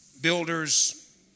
builders